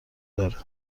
داره